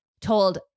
told